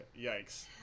Yikes